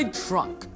trunk